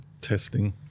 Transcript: testing